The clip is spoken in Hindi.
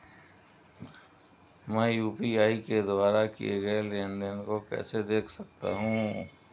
मैं यू.पी.आई के द्वारा किए गए लेनदेन को कैसे देख सकता हूं?